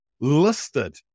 Listed